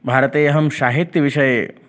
भारते अहं साहित्यविषये